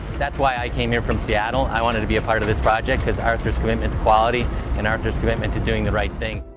that's why i came here from seattle, i wanted to be a part of this project, because of arthur's commitment to quality and arthur's commitment to doing the right thing.